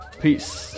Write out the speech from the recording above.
Peace